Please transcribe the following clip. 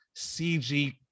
CG